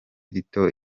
rito